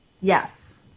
Yes